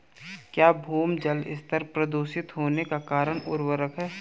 क्या भौम जल स्तर प्रदूषित होने का कारण उर्वरक है?